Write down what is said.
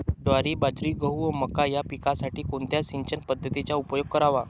ज्वारी, बाजरी, गहू व मका या पिकांसाठी कोणत्या सिंचन पद्धतीचा उपयोग करावा?